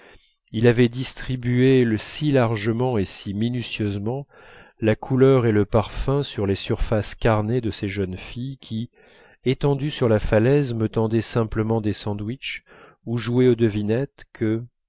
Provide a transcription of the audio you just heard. il avait distribué si largement et si minutieusement la couleur et le parfum sur les surfaces carnées de ces jeunes filles qui étendues sur la falaise me tendaient simplement des sandwiches ou jouaient aux devinettes que